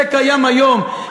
זה קיים היום,